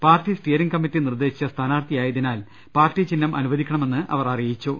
party steering committee നിർദേശിച്ച സ്ഥാനാർത്ഥിയായതിനാൽ party ചിഹ്നം അനുവദിക്കണമെന്ന് അവർ അറിയിച്ചു